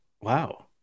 Wow